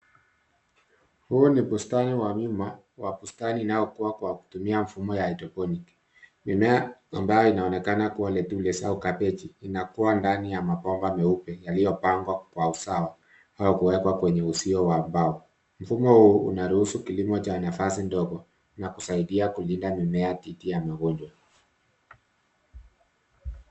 Huu ni bustani wa wima, wa bustani inayokua kwa kutumia mfumo ya hydroponiki. Mimea ambayo inaonekana kuwa letules au kabichi inakua ndani ya mabomba meupe yaliyopangwa kwa usawa, au kuwekwa kwenye uzio wa mbao. Mfumo huu unaruhusu kilimo cha nafasi ndogo na kusaidia kulinda mimea dhidi ya magonjwa.